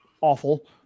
awful